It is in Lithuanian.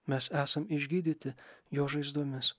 mes esam išgydyti jo žaizdomis